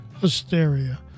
hysteria